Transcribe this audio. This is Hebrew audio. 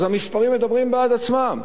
המספרים מדברים בעד עצמם.